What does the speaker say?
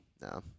No